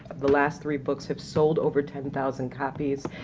the last three books have sold over ten thousand copies,